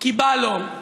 כי בא לו,